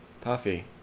Puffy